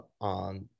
on